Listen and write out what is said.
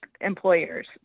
employers